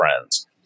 friends